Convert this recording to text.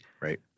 Right